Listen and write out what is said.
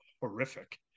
horrific